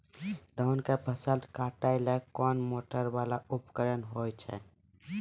धान के फसल काटैले कोन मोटरवाला उपकरण होय छै?